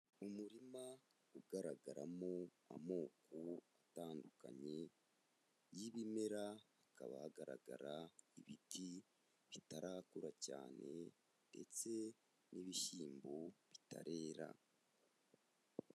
Umurima ugaragaramo amoko atandukanye y'ibimera, hakaba hagaragara ibiti bitarakura cyane ndetse n'ibishyimbo bitarera.